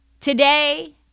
Today